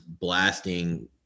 blasting